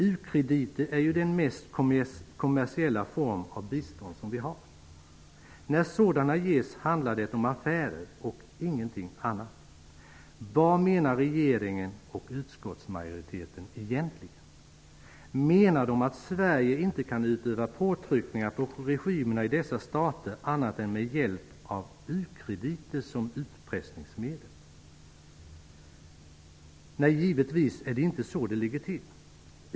U krediter är ju den mest kommersiella form av bistånd vi har. När sådana ges handlar det om affärer och ingenting annat. Vad menar regeringen och utskottsmajoriteten egentligen? Menar de att Sverige inte kan utöva påtryckningar på regimerna i dessa stater annat än med hjälp av u-krediter som utpressningsmedel? Nej, givetvis ligger det inte till så.